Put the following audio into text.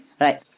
Right